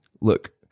look